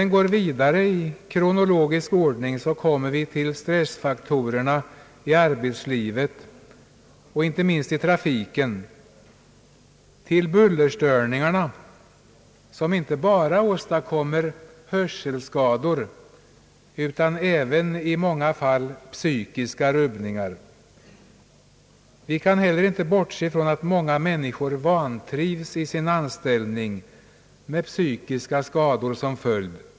Om vi går vidare i kronologisk ordning, kommer vi till stressfaktorerna i arbetslivet och inte minst i trafiken, till bullerstörningarna som inte bara åstadkommer hörselskador utan även i många fall psykiska rubbningar. Vi kan heller inte bortse från att många människor vantrivs i sin anställning med psykiska skador som följd.